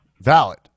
valid